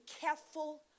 careful